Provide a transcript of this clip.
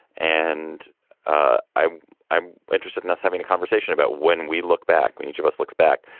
and ah i'm i'm interested in us having a conversation about when we look back when each of us looks back.